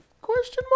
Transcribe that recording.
question